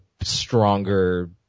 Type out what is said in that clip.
stronger